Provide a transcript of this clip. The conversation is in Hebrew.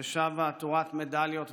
ששבה עטורת מדליות והישגים,